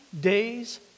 days